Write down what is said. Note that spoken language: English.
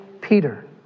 Peter